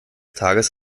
tages